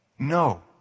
No